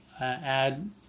add